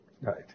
right